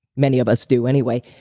many of us do anyway.